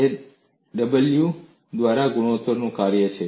તે w by ગુણોત્તરનું કાર્ય છે